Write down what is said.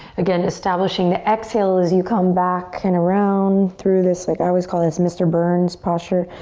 again, establishing the exhale as you come back and around through this, like i was called as mr. burns posture,